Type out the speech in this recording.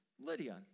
Lydia